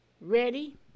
Ready